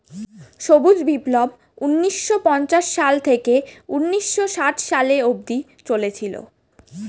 সবুজ বিপ্লব ঊন্নিশো পঞ্চাশ সাল থেকে ঊন্নিশো ষাট সালে অব্দি চলেছিল